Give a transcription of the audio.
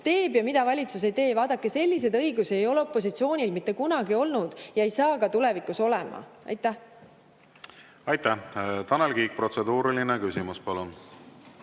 teeb ja mida valitsus ei tee. Vaadake, selliseid õigusi ei ole opositsioonil mitte kunagi olnud ja ei saa ka tulevikus olema. Aitäh! Tanel Kiik, protseduuriline küsimus, palun!